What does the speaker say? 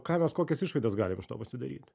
ką mes kokias išvadas galim iš to pasidaryt